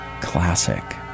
classic